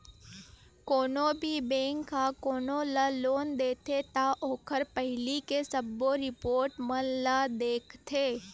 कोनो भी बेंक ह कोनो ल लोन देथे त ओखर पहिली के सबो रिपोट मन ल देखथे